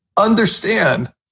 understand